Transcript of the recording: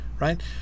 right